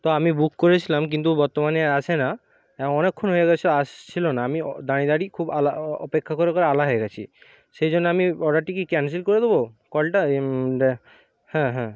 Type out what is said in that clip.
তো আমি বুক করেছিলাম কিন্তু বর্তমানে আসে না অনেকক্ষণ হয়ে গেছে আসছিলো না আমি দাঁড়িয়ে দাঁড়িয়ে খুব আলা অপেক্ষা করে করে আলা হয়ে গেছি সেই জন্য আমি অর্ডারটি কি ক্যান্সেল করে দেবো কলটা হ্যাঁ হ্যাঁ